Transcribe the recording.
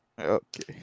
Okay